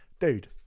dude